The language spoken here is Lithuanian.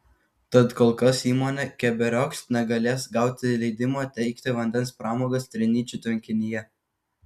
tad kol kas įmonė keberiokšt negalės gauti leidimo teikti vandens pramogas trinyčių tvenkinyje